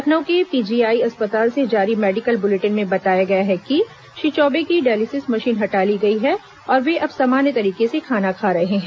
लखनऊ के पीजीआई अस्पताल से जारी मेडिकल बुलेटिन में बताया गया है कि श्री चौबे की डायलिसिस मशीन हटा ली गई है और वे अब सामान्य तरीके से खाना खा रहे हैं